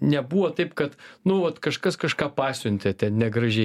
nebuvo taip kad nu vat kažkas kažką pasiuntė ten negražiai